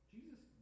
Jesus